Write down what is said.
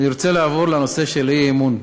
אני רוצה לעבור לנושא של אי-אמון.